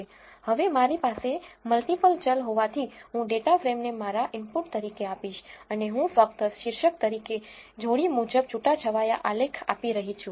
હવે મારી પાસે મલ્ટીપલ ચલ હોવાથી હું ડેટા ફ્રેમને મારા ઇનપુટ તરીકે આપીશ અને હું ફક્ત શીર્ષક તરીકે જોડી મુજબ છૂટાછવાયા આલેખ આપી રહી છું